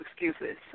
excuses